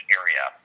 area